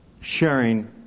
sharing